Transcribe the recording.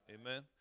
Amen